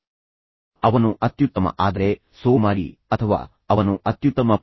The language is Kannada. ಆದ್ದರಿಂದ ಮಿಸ್ಟರ್ ಬಿ ಬಗ್ಗೆ ಮಿಸ್ಟರ್ ಎ ಎಲ್ಲಾ ಕೆಟ್ಟ ವಿಷಯಗಳ ಪಟ್ಟಿಯನ್ನು ನಿಮಗೆ ನೀಡುತ್ತಾನೆ